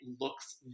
looks